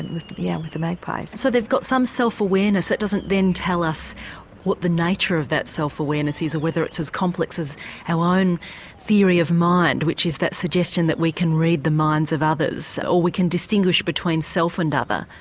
with yeah the magpies. and so they've got some self awareness. that doesn't then tell us what the nature of that self awareness is or whether it's as complex as our own theory of mind, which is that suggestion that we can read the minds of others, or we can distinguish between self and other.